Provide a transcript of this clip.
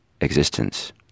existence